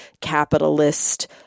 capitalist